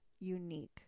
unique